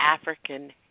African